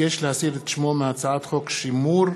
הצעת חוק המועצות האזוריות